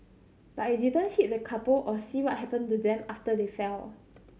but I didn't hit the couple or see what happened to them after they fell